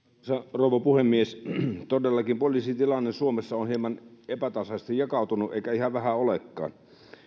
rouva puhemies todellakin poliisin tilanne suomessa on hieman epätasaisesti jakautunut eikä ihan vähän olekaan